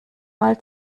mal